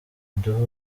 iduha